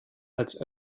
als